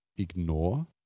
ignore